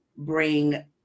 bring